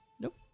Nope